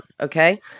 okay